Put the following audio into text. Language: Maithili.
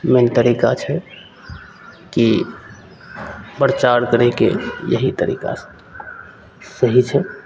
मेन तरीका छै कि प्रचार करैके यही तरीकासे सही छै